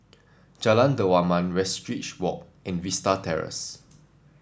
Jalan Dermawan Westridge Walk and Vista Terrace